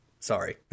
Sorry